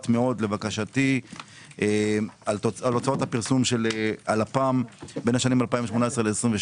מאוד לבקשתי על הוצאות הפרסום של לפ"ם בין השנים 2018 ל-2022.